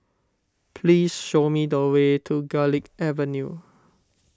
please show me the way to Garlick Avenue